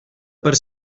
per